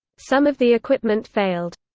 some of the equipment failed.